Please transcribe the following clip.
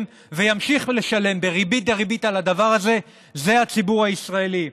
וימשיך לשלם בריבית דריבית על הדבר הזה זה הציבור הישראלי.